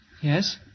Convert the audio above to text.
Yes